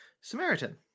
Samaritan